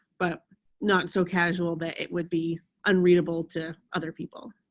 but not so casual that it would be unreadable to other people.